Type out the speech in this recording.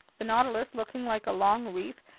the nautilus, looking like a long reef,